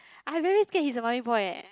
I very scared he's a mummy boy eh